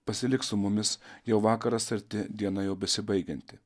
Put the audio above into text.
pasilik su mumis jau vakaras arti diena jau besibaigianti